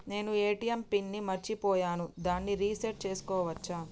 నేను ATM PIN ని మరచిపోయాను దాన్ని రీ సెట్ చేసుకోవచ్చా?